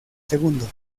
segundo